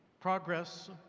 progress